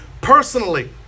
personally